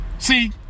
see